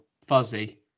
fuzzy